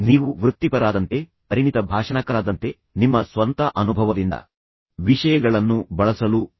ನೀವು ವೃತ್ತಿಪರರಾದಂತೆ ಪರಿಣಿತ ಭಾಷಣಕಾರರಾದಂತೆ ನಿಮ್ಮ ಸ್ವಂತ ಅನುಭವದಿಂದ ವಿಷಯಗಳನ್ನು ಬಳಸಲು ಪ್ರಯತ್ನಿಸಿ